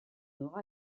aura